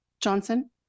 Johnson